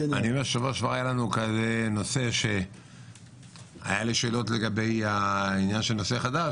אני אומר שבשבוע שעבר עלה נושא שהיו לי שאלות בעניין של נושא חדש,